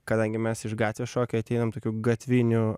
kadangi mes iš gatvės šokio ateinam tokiu gatviniu